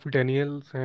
Daniels